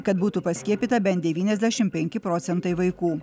kad būtų paskiepyta bent devyniasdešim penki procentai vaikų